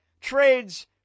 trades